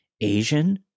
Asian